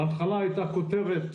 בהתחלה הייתה כותרת